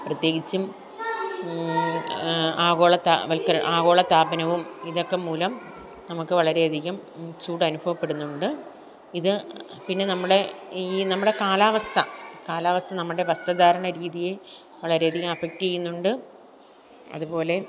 പ്രതേകിച്ചും ആഗോള ത വൽക്കരണ ആഗോള താപനവും ഇതൊക്കെ മൂലം നമുക്ക് വളരെ അധികം ചൂട് അനുഭവപ്പെടുന്നുണ്ട് ഇത് പിന്നെ നമ്മുടെ ഈ നമ്മുടെ കാലാവസ്ഥ കാലാവസ്ഥ നമ്മുടെ വസ്ത്രധാരണ രീതിയെ വളരെ അധികം അഫക്ട് ചെയ്യുന്നുണ്ട് അത്പോലെ